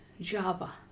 java